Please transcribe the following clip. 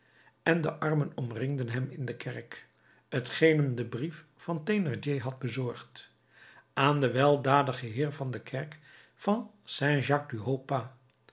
en de armen omringden hem in de kerk t geen hem den brief van thénardier had bezorgd aan den weldadigen heer van de kerk van